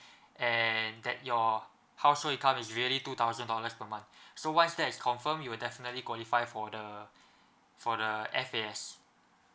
and that your household income is really two thousand dollars per month so once that is confirm you definitely qualify for the for the F_A_S